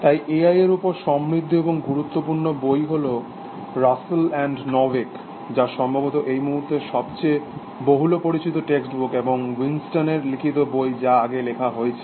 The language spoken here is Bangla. তাই এআই এর ওপর সমৃদ্ধ এবং গুরুত্বপূর্ণ বই হল রাসেল অ্যান্ড নরভিগ যা সম্ভবত এই মুহূর্তের সবচেয়ে বহুল পরিচিত টেক্সট বুক এবং উইনস্টন এর লিখিত বই যা আগে লেখা হয়েছে